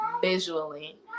visually